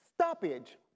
stoppage